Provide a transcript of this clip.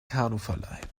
kanuverleih